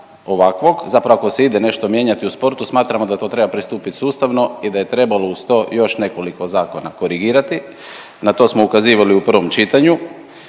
zapravo ako se ide nešto mijenjati u sportu smatramo da to treba pristupit sustavno i da je trebalo uz to još nekoliko zakona korigirati. Na to smo ukazivali u prvom čitanju,